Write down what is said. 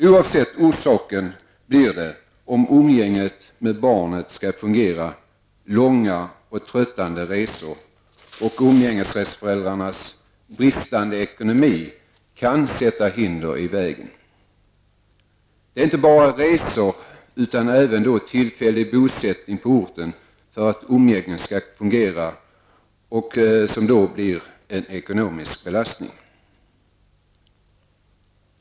Oavsett orsaken blir det, om umgänget med barnet skall fungera, långa och tröttande resor och umgängesrättsförälderns bristande ekonomi kan också sätta hinder i vägen. Det är inte bara resor utan även tillfällig bosättning på orten för att umgänget skall fungera som blir en ekonomisk belastning.